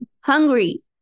Hungry